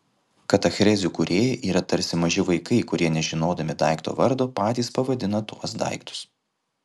katachrezių kūrėjai yra tarsi maži vaikai kurie nežinodami daikto vardo patys pavadina tuos daiktus